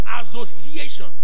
association